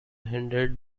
hinted